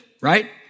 right